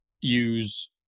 use